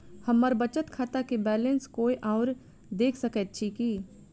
हम्मर बचत खाता केँ बैलेंस कोय आओर देख सकैत अछि की